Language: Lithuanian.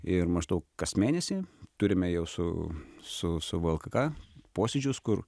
ir maždaug kas mėnesį turime jau su su su vlkk posėdžius kur